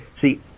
See